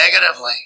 negatively